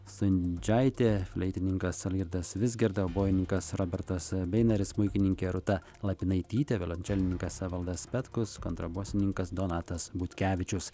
stundžaitė fleitininkas algirdas vizgirda obojininkas robertas beinaris smuikininkė rūta lipinaitytė violončelininkas evaldas petkus kontrabosininkas donatas butkevičius